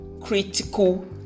Critical